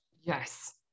Yes